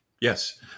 Yes